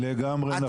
לגמרי נכון.